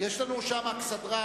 לנו שם אכסדרה,